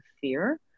fear